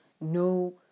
no